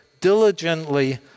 diligently